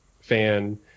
fan